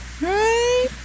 Right